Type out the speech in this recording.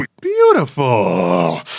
Beautiful